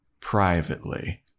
privately